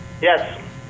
Yes